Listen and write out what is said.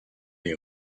les